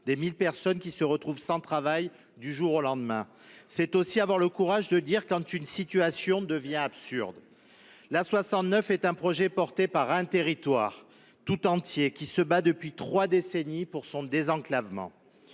madame la sénatrice, se retrouvent sans travail du jour au lendemain. C’est aussi avoir le courage de dire quand une situation devient absurde. L’A69 est un projet porté par un territoire tout entier, qui se bat depuis trois décennies pour son désenclavement.